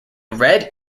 red